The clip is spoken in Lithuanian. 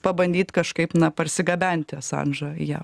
pabandyt kažkaip na parsigabenti asandžą į jav